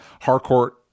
Harcourt